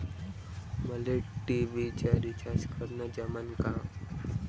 मले टी.व्ही चा रिचार्ज करन जमन का?